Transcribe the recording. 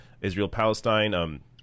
Israel-Palestine